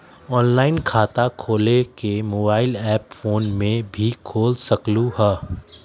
Online खाता खोले के मोबाइल ऐप फोन में भी खोल सकलहु ह?